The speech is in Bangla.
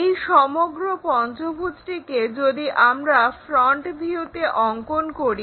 এই সমগ্র পঞ্চভুজটিকে যদি আমরা ফ্রন্ট ভিউতে অঙ্কন করি